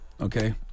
Okay